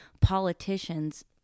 politicians